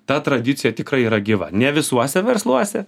ta tradicija tikrai yra gyva ne visuose versluose